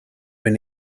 been